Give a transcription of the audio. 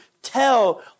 Tell